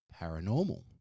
paranormal